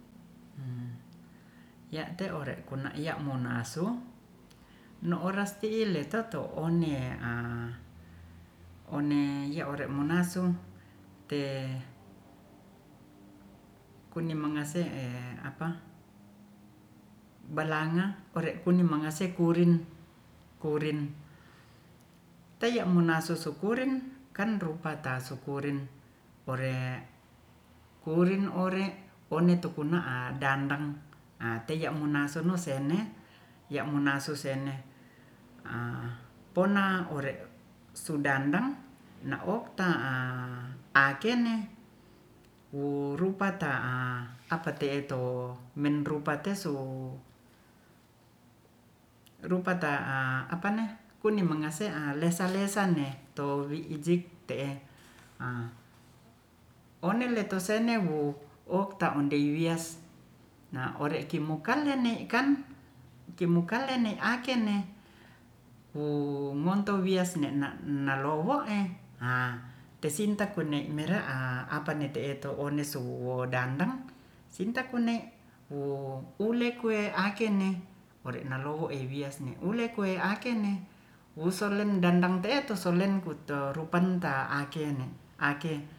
Ya te ore kuna ya munasu no oras ti'i ne a pne ya ore munasu kuni mangase e apa balanga ore kuning mangase ore kurin teye munasusukurin kan ruore kurin ore unutu puna ang dandang teye muna sunu sene pona ore ore sudandang na o ta a akene wo rupa ta a apate'e to men rupate su rupa ta a apane kuni mangase lesa-lesa ne to wi ji te'e onele to sene wo okta onde wias ore kimukan ian ne'e kan kimuka le ne ake ne wu monto wias ne na nalowo e tesinta kune wera a apane te e to one suwo dandang sinta kune ule ku kue akene ore na lowo wias ne ule kwe ake ne wuselen dandang tee so lengkuto ruoanta ake ne ake